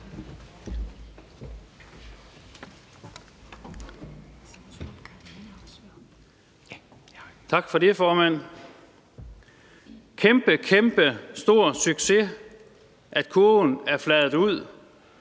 Tak for det, formand. Kæmpe kæmpestor succes, at kurven er fladet ud.